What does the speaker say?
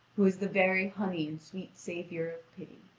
who is the very honey and sweet savour of pity.